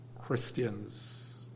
Christians